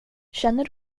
känner